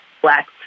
black